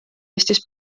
eestis